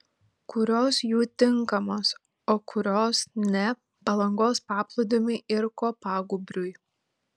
kurios jų tinkamos o kurios ne palangos paplūdimiui ir kopagūbriui